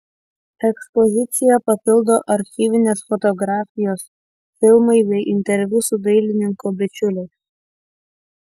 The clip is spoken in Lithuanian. ekspoziciją papildo archyvinės fotografijos filmai bei interviu su dailininko bičiuliais